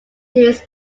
this